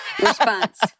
response